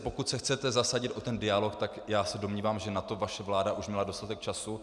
Pokud se chcete zasadit o ten dialog, tak já se domnívám, že na to vaše vláda už měla dostatek času.